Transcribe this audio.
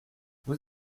vous